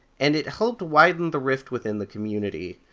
and it helped widen the rift within the community.